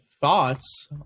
thoughts